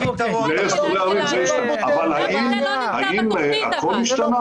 ------ אבל האם הכל השתנה?